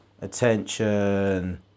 attention